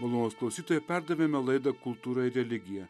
malonūs klausytojų perdavėme laidą kultūra ir religija